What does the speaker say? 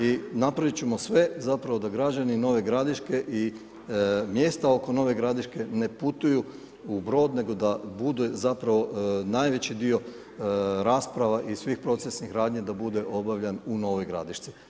I napraviti ćemo sve zapravo da građani Nove Gradiške i mjesta oko Nove Gradiške ne putuju u Brod nego da bude zapravo najveći dio rasprava i svih procesnih radnji da bude obavljan u Novoj Gradišci.